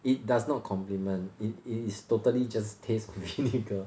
it does not complement it it is totally just taste vinegar